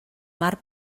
mar